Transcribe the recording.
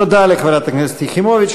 תודה לחברת הכנסת יחימוביץ.